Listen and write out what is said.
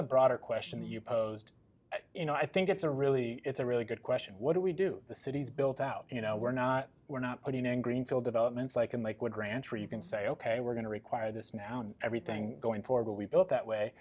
the broader question that you posed you know i think it's a really it's a really good question what do we do the cities built out you know we're not we're not putting in greenfield developments like in lakewood ranch where you can say ok we're going to require this now and everything going for but we built that way